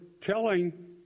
telling